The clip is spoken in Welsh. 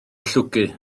llwgu